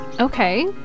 Okay